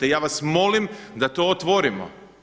Ja vas molim da to otvorimo.